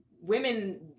women